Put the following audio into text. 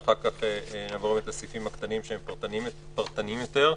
ואחר כך נעבור לסעיפים הקטנים שהם פרטניים יותר.